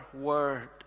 word